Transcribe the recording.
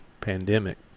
pandemic